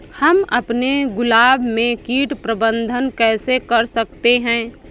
हम अपने गुलाब में कीट प्रबंधन कैसे कर सकते है?